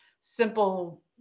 simple